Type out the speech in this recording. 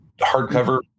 hardcover